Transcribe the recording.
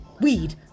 Weed